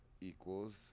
equals